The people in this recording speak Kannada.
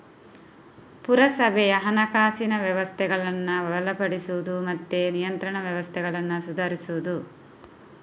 ಪುರಸಭೆಯ ಹಣಕಾಸಿನ ವ್ಯವಸ್ಥೆಗಳನ್ನ ಬಲಪಡಿಸುದು ಮತ್ತೆ ನಿಯಂತ್ರಣ ವ್ಯವಸ್ಥೆಗಳನ್ನ ಸುಧಾರಿಸುದು